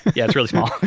yeah, it's really small.